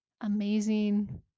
amazing